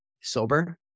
sober